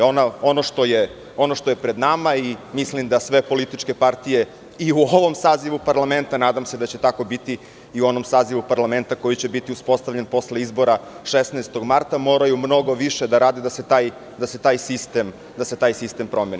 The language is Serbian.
Ono što je pred nama, a mislim da sve političke partije i u ovom sazivu parlamenta, a nadam se da će tako biti u onom sazivu parlamenta koji će biti uspostavljen posle izbora 16. marta, moraju mnogo više da rade da se taj sistem promeni.